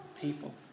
people